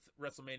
WrestleMania